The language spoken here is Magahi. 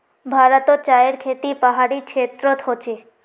भारतोत चायर खेती पहाड़ी क्षेत्रोत होचे